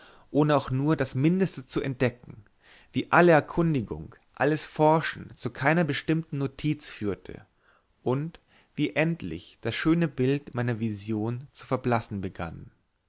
ohne auch nur das mindeste zu entdecken wie alle erkundigung alles forschen zu keiner bestimmten notiz führte und wie endlich das schöne bild meiner vision zu verblassen begann